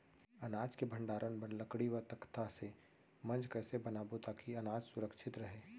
अनाज के भण्डारण बर लकड़ी व तख्ता से मंच कैसे बनाबो ताकि अनाज सुरक्षित रहे?